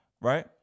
right